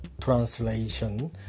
translation